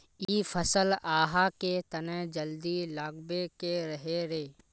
इ फसल आहाँ के तने जल्दी लागबे के रहे रे?